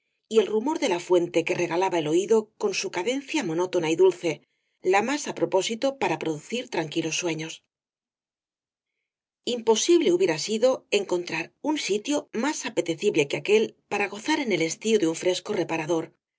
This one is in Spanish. y el rumor de la fuente que regalaba el oído con su cadencia monótona y dulce la más á propósito para producir tranquilos sueños imposible hubiera sido encontrar un sitio más apetecible que aquel para gozar en el estío de un fresco reparador